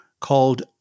called